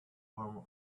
form